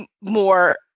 more